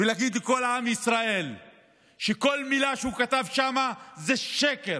ולהגיד לכל עם ישראל שכל מילה שהוא כתב שם היא שקר,